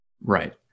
right